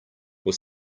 were